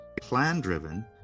plan-driven